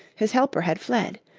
his helper had fled.